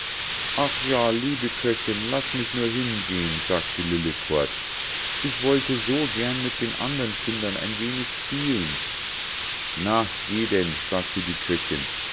ach ja liebe köchinn laß mich nur hingehen sagte lillekort ich wollte so gern mit den andern kindern ein wenig spielen na geh denn sagte die köchinn